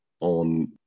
on